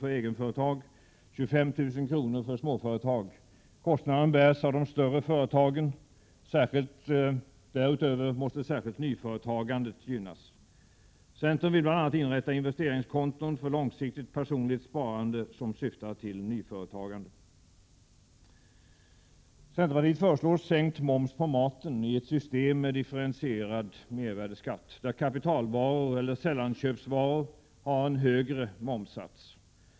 för egenföretag och 25 000 kr. för småföretag. Kostnaden bärs av de större företagen. Därutöver måste särskilt nyföretagandet gynnas. Centern vill bl.a. inrätta investeringskonton för långsiktigt personligt sparande som syftar till nyföretagande. Centerpartiet föreslår sänkt moms på maten i ett system med differentierad mervärdeskatt, där kapitalvaror eller sällanköpsvaror har en högre momssats.